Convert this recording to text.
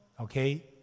okay